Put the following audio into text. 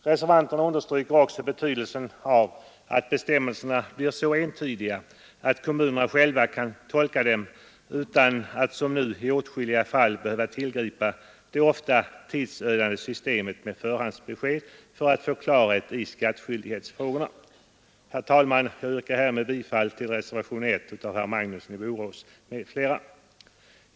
Reservanterna understryker också betydelsen av att bestämmelserna blir så entydiga att kommunerna själva kan tolka dem utan att som nu i åtskilliga fall behöva tillgripa det ofta tidsödande systemet med förhandsbesked för att få klarhet i skattskyldighetsfrågorna. Herr talman! Jag yrkar bifall till reservationen 1 av herr Magnusson i Borås m.fl.